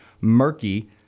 murky